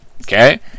Okay